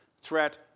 threat